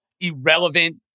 irrelevant